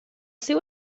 seu